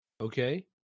Okay